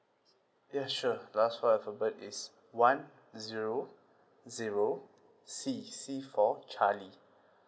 ya sure last four alphabet is one zero zero C C for charlie